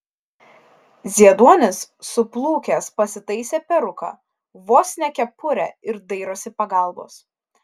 zieduonis suplukęs pasitaisė peruką vos ne kepurę ir dairosi pagalbos